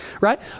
right